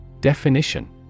Definition